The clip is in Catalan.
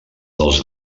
dels